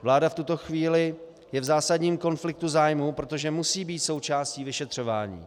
Vláda v tuto chvíli je v zásadním konfliktu zájmů, protože musí být součástí vyšetřování.